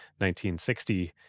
1960